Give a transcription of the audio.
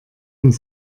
und